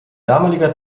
damaliger